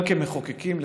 גם כמחוקקים,